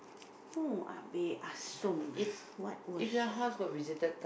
oya-beh-ya-som what was